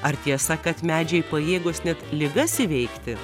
ar tiesa kad medžiai pajėgūs net ligas įveikti